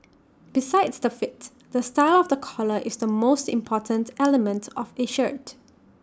besides the fit the style of the collar is the most important element of A shirt